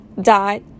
dot